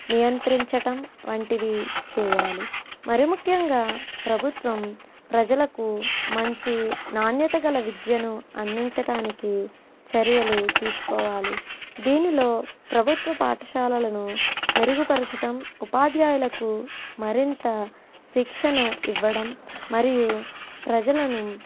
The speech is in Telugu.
నియంత్రించటం వంటివి చేయాలి మరి ముఖ్యంగా ప్రభుత్వం ప్రజలకు మంచి నాణ్యత గల విద్యను అందించటానికి చర్యలు తీసుకోవాలి దీనిలో ప్రభుత్వ పాఠశాలలను మెరుగుపరచడం ఉపాధ్యాయులకు మరింత శిక్షణ ఇవ్వడం మరియు ప్రజలను